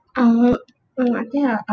uh oh I think I uh